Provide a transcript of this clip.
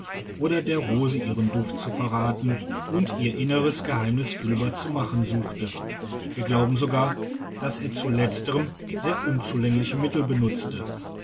oder der rose ihren duft zu verraten und ihr inneres geheimnis fühlbar zu machen suchte wir glauben sogar daß er zu letzterem sehr unzulängliche mittel benutzte